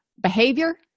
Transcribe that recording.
Behavior